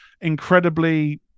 incredibly